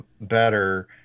better